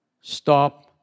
Stop